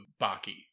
Baki